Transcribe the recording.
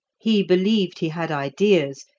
he believed he had ideas,